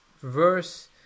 verse